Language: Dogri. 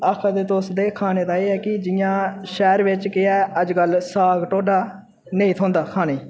आखा दे तुस ते खाने दा एह् ऐ की जि'यां शैह्र बिच केह् ऐ अज्ज कल साग ढोड्डा नेईं थ्होंदा खाने ई